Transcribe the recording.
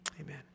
Amen